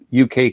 UK